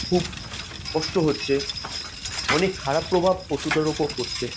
খুব কষ্ট হচ্ছে অনেক খারাপ প্রভাব পশুদের উপর পড়ছে